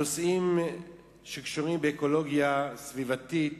נושאים שקשורים באקולוגיה סביבתית,